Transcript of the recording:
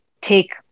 take